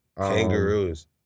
Kangaroos